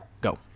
Go